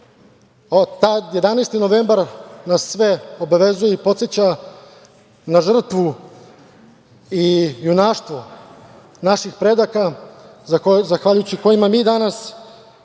novembar nas sve obavezuje i podseća na žrtvu i junaštvo naših predaka, zahvaljujući kojima mi danas